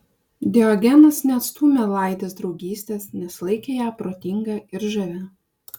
diogenas neatstūmė laidės draugystės nes laikė ją protinga ir žavia